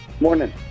Morning